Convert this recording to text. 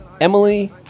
Emily